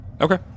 Okay